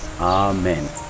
Amen